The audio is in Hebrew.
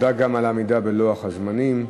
תודה גם על העמידה בלוח הזמנים.